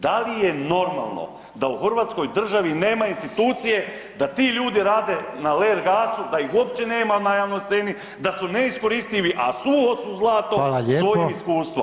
Da li je normalno da u Hrvatskoj državi nema institucije da ti ljudi rade na ler gasu, da ih uopće nema na javnoj sceni, da su neiskoristivi a suho su zlato svojim iskustvom.